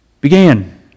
began